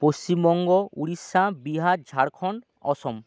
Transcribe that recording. Paschimbanga Orissa Bihar Jharkhand Assam